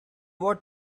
what